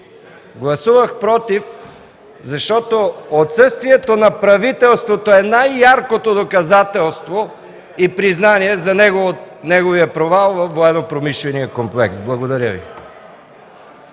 Гласувах „против” защото отсъствието на правителството е най-яркото доказателство и признание за неговия провал във военнопромишления комплекс. Благодаря.